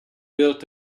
built